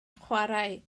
chwarae